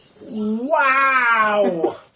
Wow